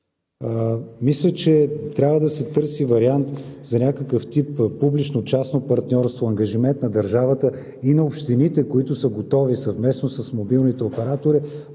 Мисля, че трябва да се търси вариант за някакъв тип публично-частно партньорство, ангажимент на държавата и на общините, които са готови съвместно с мобилните оператори,